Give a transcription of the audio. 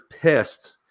pissed